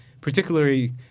particularly